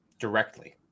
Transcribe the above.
directly